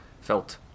felt